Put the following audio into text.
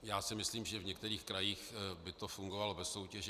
Já si myslím, že v některých krajích by to fungovalo bez soutěžení.